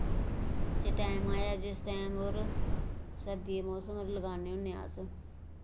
च टैम आया जिस टैम पर सर्दी दे मौसम पर लगाने होन्ने अस